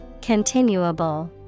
Continuable